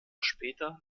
später